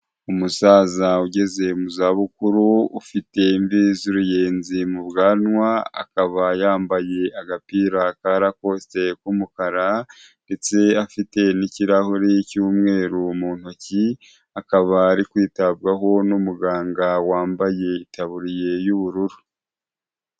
Umusaza ugeze mu za bukuru, ufite imvi z'uruyenzi mu bwanwa, akaba yambaye agapira karakosite k'umukara, ndetse afite n'kirahuri cy'umweru mu ntoki, akaba ari kwitabwaho n'umuganga wambaye itaburiye y'ubururu.